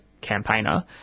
campaigner